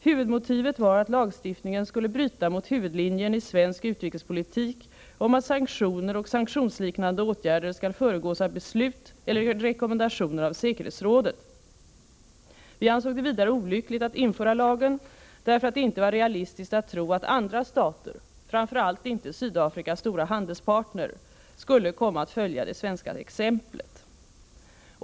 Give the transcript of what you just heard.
Huvudmotivet var att lagstiftningen skulle bryta mot huvudlinjen i svensk utrikespolitik om att sanktioner och sanktionsliknande åtgärder skall föregås av beslut eller rekommendationer av säkerhetsrådet. Vi ansåg det vidare olyckligt att införa lagen därför att det inte var realistiskt att tro att andra stater — framför allt inte Sydafrikas stora handelspartner — skulle komma att följa det svenska exemplet.